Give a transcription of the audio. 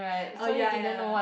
oh ya ya ya